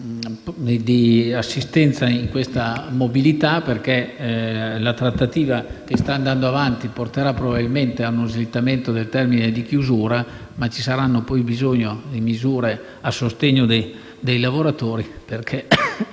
di assistenza nella mobilità, perché la trattativa che sta andando avanti porterà probabilmente a uno slittamento del termine di chiusura, ma saranno poi necessarie misure a sostegno dei lavoratori, perché